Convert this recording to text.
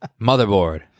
Motherboard